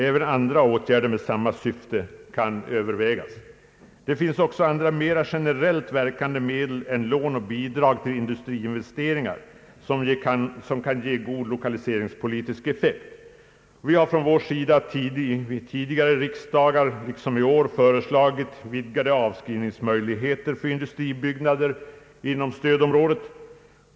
Även andra åtgärder med samma syfte kan övervägas. Det finns också mera generellt verkande medel utöver lån och bidrag till investeringar som kan ge god lokaliseringspolitisk effekt. Vi har från vår sida vid tidigare riksdagar liksom i år föreslagit vidgade avskrivningsmöjligheter för industribyggnader inom stödområdet.